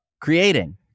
creating